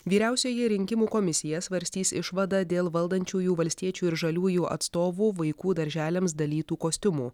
vyriausioji rinkimų komisija svarstys išvadą dėl valdančiųjų valstiečių ir žaliųjų atstovų vaikų darželiams dalytų kostiumų